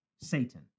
Satan